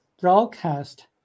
broadcast